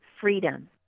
freedom